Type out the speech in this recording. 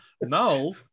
No